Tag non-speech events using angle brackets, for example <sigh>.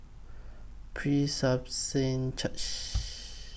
<unintelligible> Church